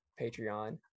Patreon